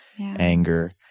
anger